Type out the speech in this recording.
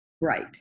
right